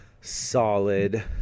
solid